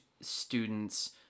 students